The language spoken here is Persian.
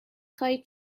خواهید